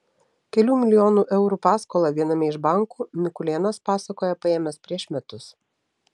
kelių milijonų eurų paskolą viename iš bankų mikulėnas pasakoja paėmęs prieš metus